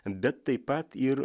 bet taip pat ir